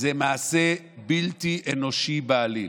זה מעשה בלתי אנושי בעליל.